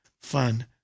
fun